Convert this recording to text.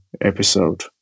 episode